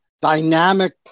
dynamic